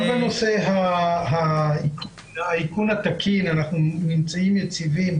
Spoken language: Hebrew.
גם בנושא האיכון התקין אנחנו נמצאים יציבים